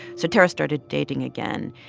so tarra started dating again.